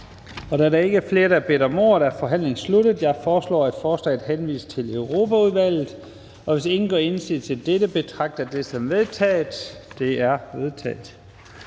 Da der ikke er flere, der har bedt om ordet, er forhandlingen sluttet. Jeg foreslår, at forslaget henvises til Europaudvalget. Hvis ingen gør indsigelse, betragter jeg dette som vedtaget. Det er vedtaget.